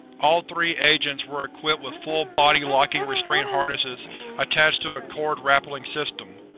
all three agents were equipped with full-body locking restraint harnesses attached to a cord rappelling system,